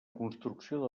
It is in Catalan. construcció